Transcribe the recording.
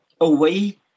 away